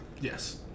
yes